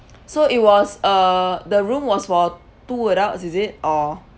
so it was uh the room was for two adults is it or